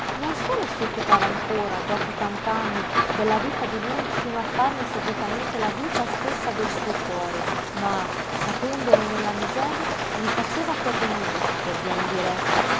non solo si occupava ancora dopo tant'anni della vita di lui fino a farne segretamente la vita stessa del suo cuore ma sapendolo nella miseria gli faceva pervenire per via indiretta